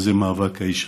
מה זה מאבק האישה.